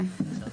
כן.